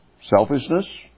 Selfishness